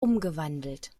umgewandelt